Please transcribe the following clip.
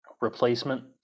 replacement